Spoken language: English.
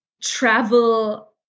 travel